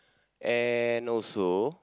and also